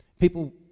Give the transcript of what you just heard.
People